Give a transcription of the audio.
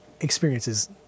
experiences